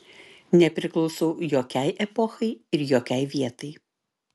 nepriklausau jokiai epochai ir jokiai vietai